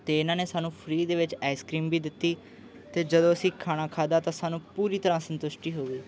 ਅਤੇ ਇਹਨਾਂ ਨੇ ਸਾਨੂੰ ਫ੍ਰੀ ਦੇ ਵਿੱਚ ਆਈਸਕ੍ਰੀਮ ਵੀ ਦਿੱਤੀ ਅਤੇ ਜਦੋਂ ਅਸੀਂ ਖਾਣਾ ਖਾਦਾ ਤਾਂ ਸਾਨੂੰ ਪੂਰੀ ਤਰ੍ਹਾਂ ਸੰਤੁਸ਼ਟੀ ਹੋ ਗਈ